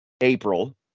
april